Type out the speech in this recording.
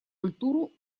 культуру